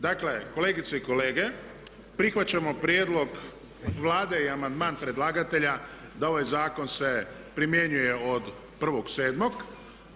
Dakle, kolegice i kolege prihvaćamo prijedlog Vlade i amandman predlagatelja da ovaj zakon se primjenjuje od 1.7.